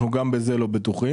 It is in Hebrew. ואנחנו גם בזה לא בטוחים,